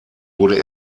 wurde